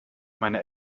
meine